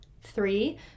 Three